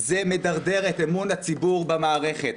זה מדרדר את אמון הציבור במערכת,